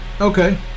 Okay